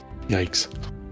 Yikes